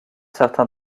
certains